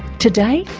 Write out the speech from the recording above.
today,